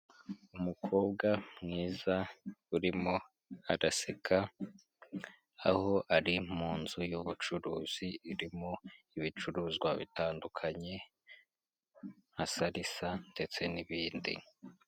Umukobwa mwiza urimo araseka, aho ari mu nzu y'ubucuruzi irimo ibicuruzwa bitandukanye nka salisa ndetse n'ibindi.